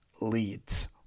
leads